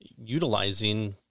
utilizing